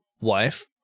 wife